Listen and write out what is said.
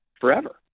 forever